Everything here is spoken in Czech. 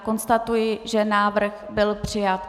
Konstatuji, že návrh byl přijat.